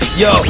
yo